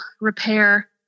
repair